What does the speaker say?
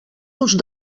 gust